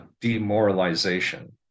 demoralization